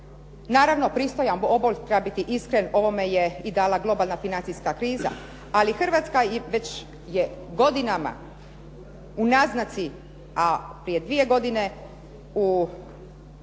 razumije./ … treba biti iskren i ovome je dala globalna financijska kriza, ali Hrvatska je već godinama u naznaci, a prije dvije godine u